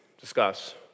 discuss